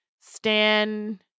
Stan